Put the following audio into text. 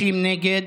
50 נגד,